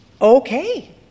Okay